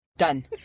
done